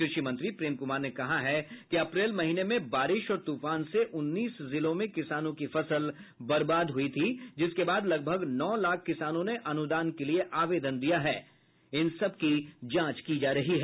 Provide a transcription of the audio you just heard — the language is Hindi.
कृषि मंत्री प्रेम कुमार ने कहा है कि अप्रैल महीने में बारिश और तूफान से उन्नीस जिलों में किसानों की फसल बर्बाद हुई थी जिसके बाद लगभग नौ लाख किसानों ने अनुदान के लिए आवेदन दिया है जिसकी जांच की जा रही है